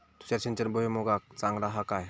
तुषार सिंचन भुईमुगाक चांगला हा काय?